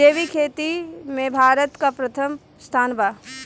जैविक खेती में भारत का प्रथम स्थान बा